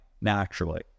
naturally